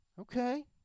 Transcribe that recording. Okay